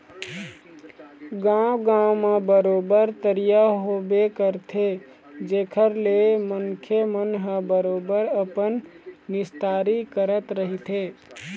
गाँव गाँव म बरोबर तरिया होबे करथे जेखर ले मनखे मन ह बरोबर अपन निस्तारी करत रहिथे